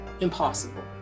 impossible